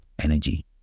energy